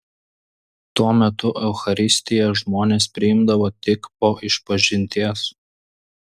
tuo metu eucharistiją žmonės priimdavo tik po išpažinties